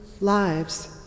lives